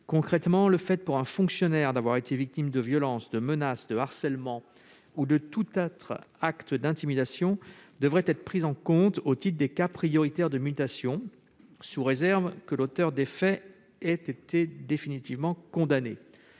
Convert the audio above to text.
Concrètement, le fait pour un fonctionnaire d'avoir été victime de violences, de menaces, de harcèlement ou de tout autre acte d'intimidation devrait être pris en compte au titre des cas prioritaires de mutation, sous réserve que l'auteur des faits ait été définitivement condamné.